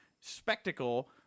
spectacle